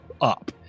up